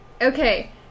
okay